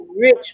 rich